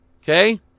Okay